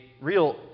real